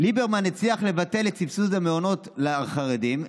"ליברמן הצליח לבטל את סבסוד המעונות לחרדים,